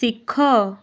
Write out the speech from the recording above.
ଶିଖ